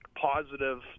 positive